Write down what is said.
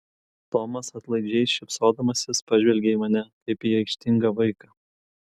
tomas atlaidžiai šypsodamasis pažvelgė į mane kaip į aikštingą vaiką